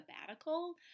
sabbatical